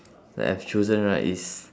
that I've chosen right is